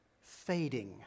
fading